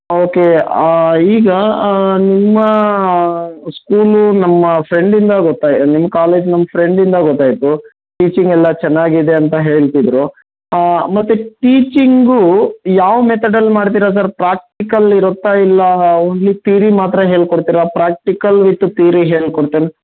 okay ಈಗ ನಿಮ್ಮ school ನಮ್ಮ ಫ್ರೆಂಡಿಂದ ಗೊತ್ತಾಯ್ತು ನಿಮ್ಮ ಕಾಲೇಜ್ ನಮ್ಮ ಫ್ರೆಂಡಿಂದ ಗೊತಾಯ್ತು ಟೀಚಿಂಗ್ ಎಲ್ಲ ಚೆನ್ನಾಗಿದೆ ಅಂತ ಹೇಳ್ತಿದ್ರು ಮತ್ತು ಟೀಚಿಂಗು ಯಾವ ಮೆತಡಲ್ಲಿ ಮಾಡ್ತೀರಾ ಸರ್ ಪ್ರಾಕ್ಟಿಕಲ್ ಇರುತ್ತಾ ಇಲ್ಲ ಓನ್ಲಿ ತೀರಿ ಮಾತ್ರ ಹೇಳ್ಕೊಡ್ತೀರಾ ಪ್ರಾಕ್ಟಿಕಲ್ ವಿತ್ ತೀರಿ ಹೇಳ್ಕೊಡ್ತೇಯ